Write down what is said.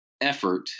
effort